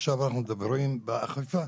עכשיו אנחנו מדברים באכיפה.